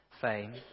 fame